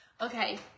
Okay